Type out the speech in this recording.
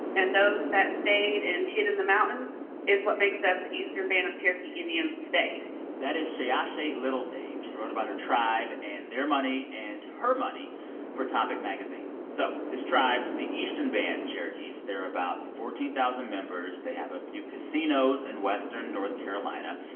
and those that stayed and hid in the mountains is what makes up the eastern band of cherokee indians today that is sheyahshe littledave. she wrote about her tribe and their money and her money for topic magazine. so this tribe, the eastern band cherokees, they're about fourteen thousand members. they have a few casinos in western north carolina.